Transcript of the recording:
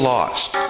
Lost